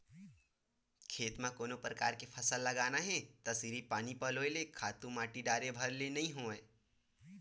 खेत म कोनो परकार के फसल लगाना हे त सिरिफ पानी पलोय ले, खातू माटी के डारे भर ले नइ होवय